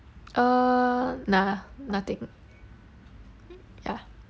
uh nah nothing ya